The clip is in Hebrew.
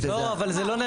לא, אבל זה לא.